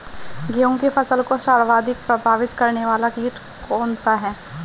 गेहूँ की फसल को सर्वाधिक प्रभावित करने वाला कीट कौनसा है?